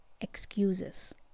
excuses